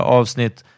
avsnitt